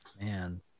Man